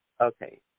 Okay